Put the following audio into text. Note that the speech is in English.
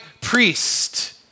priest